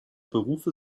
berufe